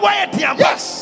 yes